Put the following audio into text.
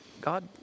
God